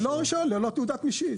ללא רישיון, ללא תעודת משיט.